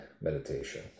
meditation